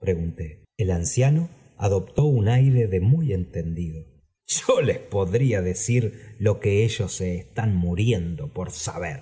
pregunté el anciano adoptó un aire de muy entendido yo les podría decir lo que ellos sa están mu riendo por saber